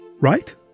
Right